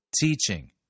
teaching